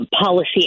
policy